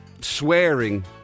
swearing